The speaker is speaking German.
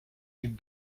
die